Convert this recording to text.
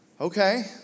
Okay